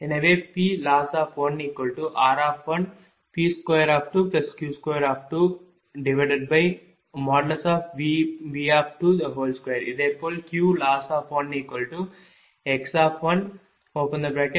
எனவே Ploss1r1P22Q2V22 இதேபோல் Qloss1x1P22Q2V22